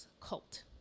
cult